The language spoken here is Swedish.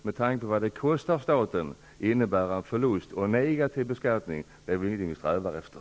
Med tanke på vad det kostar för staten måste det innebära en förlust och en negativ beskattning, och det är väl inget som vi strävar efter.